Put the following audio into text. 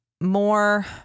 more